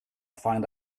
find